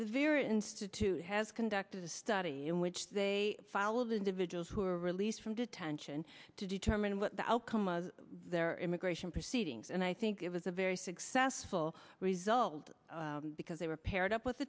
very institute has conducted a study in which they fall of individuals who were released from detention to determine what the outcome of their immigration proceedings and i think it was a very successful result because they were paired up with